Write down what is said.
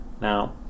Now